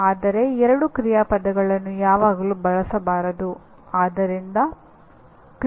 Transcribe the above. ಆದರೆ ಎರಡು ಕ್ರಿಯಾಪದಗಳನ್ನು ಯಾವಾಗಲೂ ಬಳಸಬಾರದು